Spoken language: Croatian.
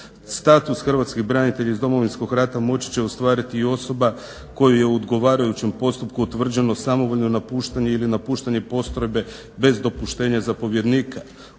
status hrvatskih branitelja iz Domovinskog rata moći će ostvariti osoba kojoj je u odgovarajućem postupku utvrđeno samovoljno napuštanje ili napuštanje postrojbe bez dopuštenja zapovjednika,